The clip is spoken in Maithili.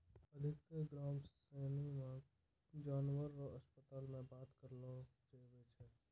अधिकतर गाम सनी मे जानवर रो अस्पताल मे बात करलो जावै पारै